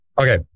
Okay